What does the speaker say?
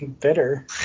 Bitter